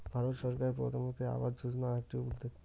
ভারত সরকারের প্রধানমন্ত্রী আবাস যোজনা আকটি উদ্যেগ